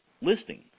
listing